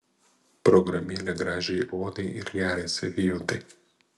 programėlė gražiai odai ir gerai savijautai